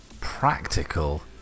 Practical